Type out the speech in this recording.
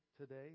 today